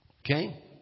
Okay